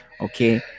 Okay